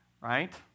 right